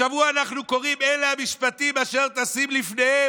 השבוע אנחנו קוראים "אלה המשפטים אשר תשים לפניהם".